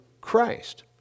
Christ